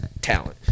talent